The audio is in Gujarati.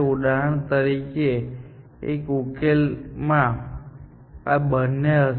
ઉદાહરણ તરીકે એક ઉકેલ માં આ અને આ હશે